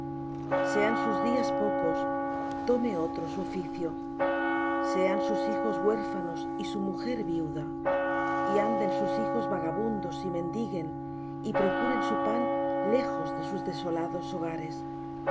sean sus días pocos tome otro su oficio sean sus hijos huérfanos y su mujer viuda y anden sus hijos vagabundos y mendiguen y procuren su pan lejos de sus desolados hogares